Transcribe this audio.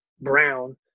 Brown